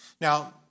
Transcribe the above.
Now